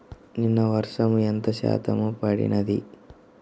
నిన్న వర్షము ఎంత శాతము పడినది?